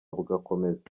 bugakomeza